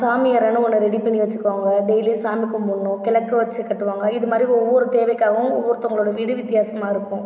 சாமி அறைனு ஒன்று ரெடி பண்ணி வச்சுக்குவாங்க டெய்லியும் சாமி கும்புடணும் கிழக்கு வச்சு கட்டுவாங்கள் இது மாதிரி ஒவ்வொரு தேவைக்காகவும் ஒவ்வொருத்தவங்களோட வீடு வித்தியாசமாக இருக்கும்